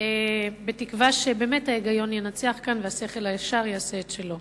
בתקווה שבאמת ההיגיון ינצח והשכל הישר יעשה את שלו.